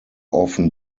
often